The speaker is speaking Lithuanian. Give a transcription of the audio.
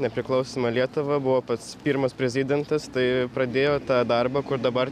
nepriklausomą lietuvą buvo pats pirmas prezidentas tai pradėjo tą darbą kur dabar